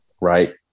right